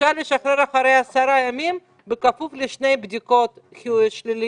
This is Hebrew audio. אפשר לשחרר אחרי 10 ימים בכפוף לשתי בדיקות שליליות.